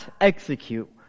execute